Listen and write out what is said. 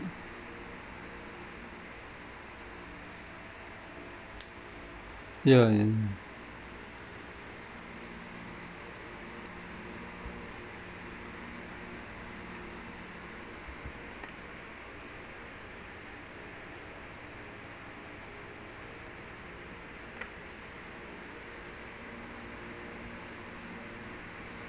ya and